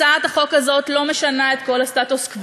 הצעת החוק הזאת לא משנה את כל הסטטוס-קוו,